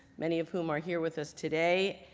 many of whom are here with us today.